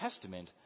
Testament